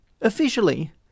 Officially